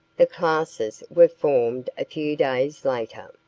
the classes were formed a few days later.